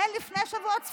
זה לפני שבועות ספורים.